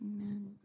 Amen